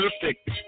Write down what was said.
perfect